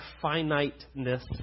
finiteness